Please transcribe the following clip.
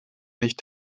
nicht